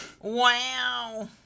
Wow